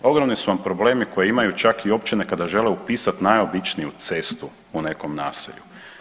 Ogromni su vam problemi koje imaju čak i općine kada žele upisat najobičniju cestu u nekom naselju.